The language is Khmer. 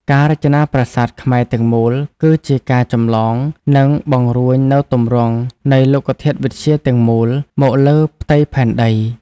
ការរចនាប្រាសាទខ្មែរទាំងមូល គឺជាការចម្លង និងបង្រួញនូវទម្រង់នៃលោកធាតុវិទ្យាទាំងមូល មកលើផ្ទៃផែនដី។